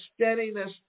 steadiness